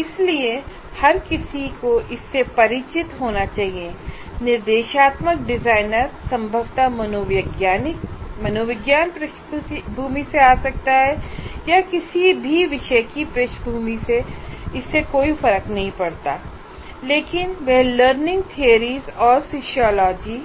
इसलिए हर किसी को इससे परिचित होना चाहिए निर्देशात्मक डिजाइनर संभवतः मनोविज्ञान पृष्ठभूमि से आ सकता है या किसी भी विषय की पृष्ठभूमि सेइससे कोई फर्क नहीं पड़ता लेकिन वह लर्निंग थिअरीज और सोशियोलॉजी